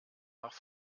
nach